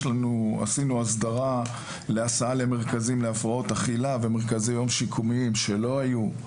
עשינו הסדרה להסעה למרכזים להפרעות אכילה במרכזי יום שיקומיים שלא היו.